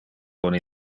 con